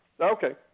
Okay